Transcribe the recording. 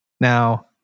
Now